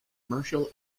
commercial